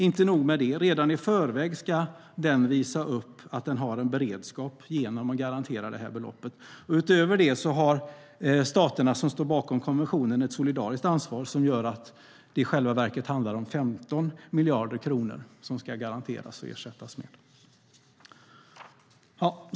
Inte nog med det; redan i förväg ska den visa att den har en beredskap genom att garantera det här beloppet. Utöver det har de stater som står bakom konventionen ett solidariskt ansvar som gör att det i själva verket handlar om 15 miljarder kronor som ska garanteras och som det ska ersättas med.